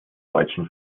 deutschen